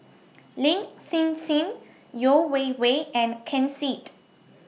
Lin Hsin Hsin Yeo Wei Wei and Ken Seet